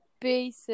basic